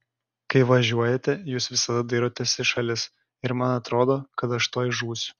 kai važiuojate jūs visada dairotės į šalis ir man atrodo kad aš tuoj žūsiu